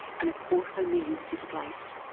and a quarter of a million displaced.